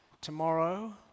tomorrow